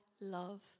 love